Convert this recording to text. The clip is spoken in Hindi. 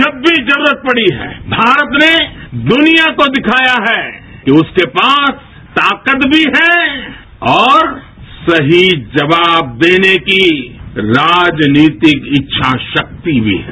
जब भी जरूरत पढ़ी है भारत ने दुनिया को दिखाया है कि उसके पासताकत भी है और सही जवाब देने की राजनीतिक इच्छा शक्ति भी है